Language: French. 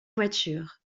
voiture